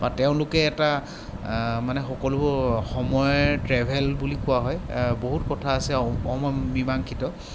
বা তেওঁলোকে এটা মানে সকলো সময়ৰ ট্ৰেভেল বুলি কোৱা হয় বহুত কথা আছে অমীমাংসিত